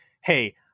Hey